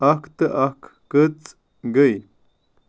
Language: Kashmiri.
اکھ تہٕ اکھ کٔژ گٔے